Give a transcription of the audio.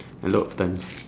a lot of times